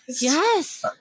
yes